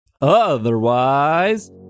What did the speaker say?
otherwise